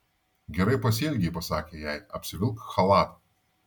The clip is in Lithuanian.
gerai pasielgei pasakė jai apsivilk chalatą